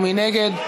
מי נגד?